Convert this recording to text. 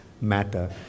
matter